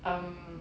um